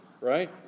right